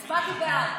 הצבעה.